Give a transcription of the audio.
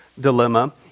dilemma